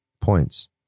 Points